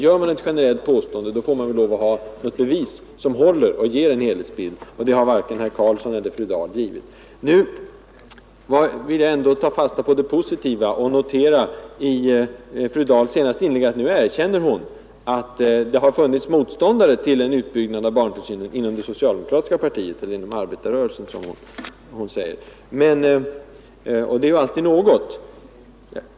Gör man ett generellt påstående, får man lov att ha något bevis som ger en helhetsbild. Det har varken herr Karlsson eller fru Dahl presenterat. Nu vill jag ändå ta fasta på det positiva och notera att fru Dahl i sitt senaste inlägg erkände att det inom det socialdemokratiska partiet — eller inom arbetarrörelsen, som hon säger — har funnits motståndare till utbyggnad av barntillsynen. Det är ju alltid något.